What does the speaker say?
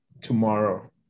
tomorrow